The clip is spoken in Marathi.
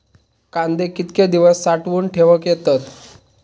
कांदे कितके दिवस साठऊन ठेवक येतत?